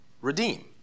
Redeem